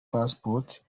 passports